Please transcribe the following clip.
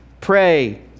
pray